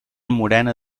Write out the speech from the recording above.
morena